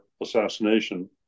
assassination